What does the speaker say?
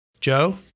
Joe